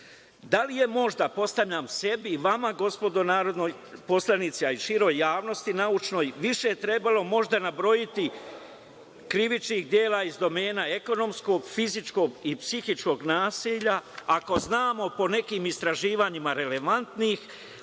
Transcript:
li je možda, postavljam sebi i vama gospodo narodni poslanici, a i široj javnosti naučnoj, više trebalo možda nabrojati krivičnih dela iz domena ekonomskog, fizičkog i psihičkog nasilja ako znamo po nekim istraživanjima relevantnih